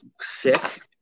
sick